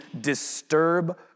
disturb